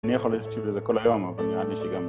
אני יכול להקשיב לזה כל היום אבל נראה לי שגם...